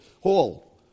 Hall